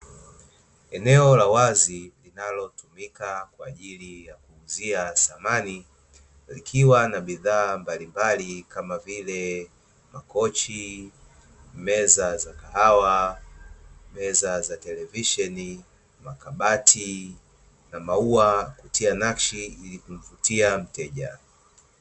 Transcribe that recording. Eneo la wazi linalotumika kwaajili ya kuuzia samani, likiwa na bidhaa mbalimbali kama vile; makochi, meza za kahawa, meza za televisheni, makabati na maua kutia nakshi ili kumvutia mteja.